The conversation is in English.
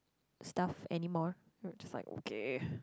stuff anymore I was like okay